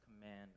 command